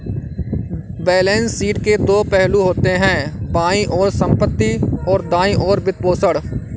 balance sheet के दो पहलू होते हैं, बाईं ओर संपत्ति, और दाईं ओर वित्तपोषण